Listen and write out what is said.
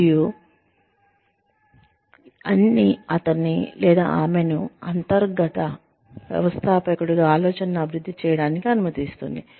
మరియు అతన్ని లేదా ఆమెను అంతర్గత వ్యవస్థాపకుడిగా ఆలోచనలను అభివృద్ధి చేయడానికి అనుమతిస్తుంది